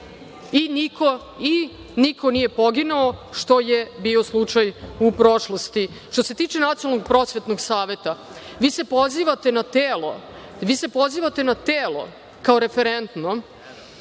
i niko nije poginuo, što je bio slučaj u prošlosti. Što se tiče Nacionalnog prosvetnog saveta, vi se pozivate na telo kao referentno